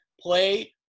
Play